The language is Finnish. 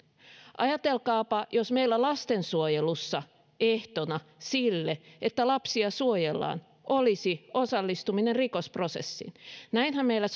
ajatelkaapa jos meillä lastensuojelussa ehtona sille että lapsia suojellaan olisi osallistuminen rikosprosessiin näinhän meillä